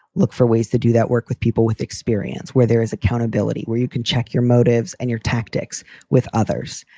look for ways to do that, work with people with experience, where there is accountability, where you can check your motives and your tactics with others.